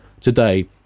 today